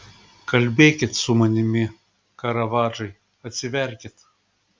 kalbėkit su manimi karavadžai atsiverkit